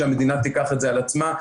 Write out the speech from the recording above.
שהמדינה תיקח את זה על עצמה,